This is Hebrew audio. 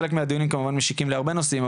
חלק מהדיונים משיקים להרבה נושאים,